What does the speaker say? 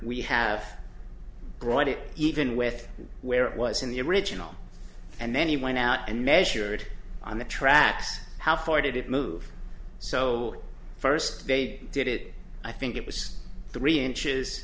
we have brought it even with where it was in the original and then he went out and measured on the tracks how far did it move so first date did it i think it was three inches